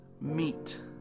meet